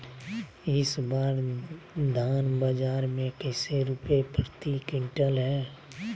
इस बार धान बाजार मे कैसे रुपए प्रति क्विंटल है?